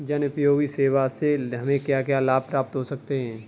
जनोपयोगी सेवा से हमें क्या क्या लाभ प्राप्त हो सकते हैं?